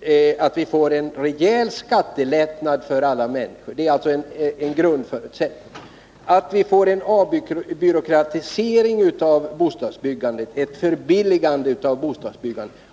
är att vi får en rejäl skattelättnad för alla människor samt att vi får en avbyråkratisering och ett förbilligande av bostadsbyggandet.